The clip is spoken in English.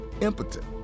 impotent